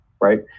right